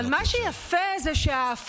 אבל מה שיפה זה שההפרדה,